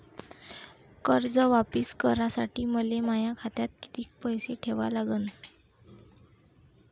कर्ज वापिस करासाठी मले माया खात्यात कितीक पैसे ठेवा लागन?